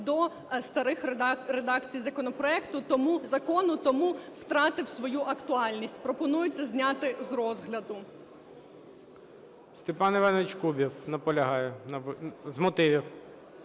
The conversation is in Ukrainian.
до старих редакцій законопроекту… закону, тому втратив свою актуальність. Пропонується зняти з розгляду. ГОЛОВУЮЧИЙ. Степан Іванович Кубів наполягає, з мотивів.